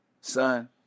Son